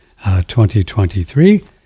2023